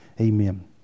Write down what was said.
Amen